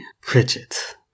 Pritchett